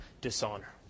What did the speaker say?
dishonor